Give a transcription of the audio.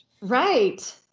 Right